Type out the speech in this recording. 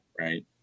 right